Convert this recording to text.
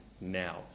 now